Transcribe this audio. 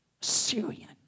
Syrian